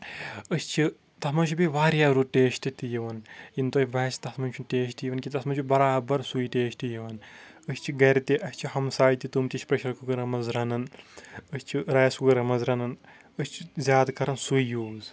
أسۍ چھِ تَتھ منٛز چھُ بیٚیہِ واریاہ رُت ٹیسٹ تِہ یِوان یِنہٕ تۄہہِ باسہِ تَتھ منٛز چھُنہٕ ٹیسٹ یِوان کینٛہہ تَتھ منٛز چھُ بَرابَر سُے ٹیسٹ یِوان أسۍ چھِ گَرِ تہِ اَسہِ چھِ ہَمساے تہِ تم تہِ چھِ پریٚشَر کُکرَن منٛز رَنان أسۍ چھِ رایِس کُکرَن منٛز رَنان أسۍ چھِ زیادٕ کَران سُے یوٗز